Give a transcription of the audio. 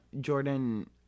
Jordan